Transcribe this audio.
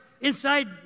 Inside